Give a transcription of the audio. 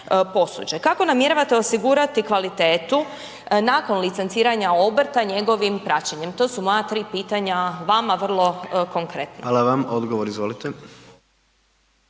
posuđe? Kako namjeravate osigurati kvalitetu nakon licenciranja obrta njegovim praćenjem? To su moja tri pitanja vama, vrlo konkretno. **Jandroković,